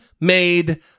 made